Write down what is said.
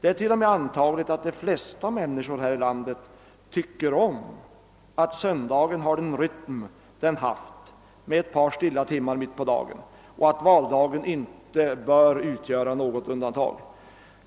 Det är t.o.m. antagligt att de flesta människor här i landet tycker om, att söndagen har den rytm den haft med ett par stilla timmar mitt på dagen, och att valdagen inte bör utgöra något undantag.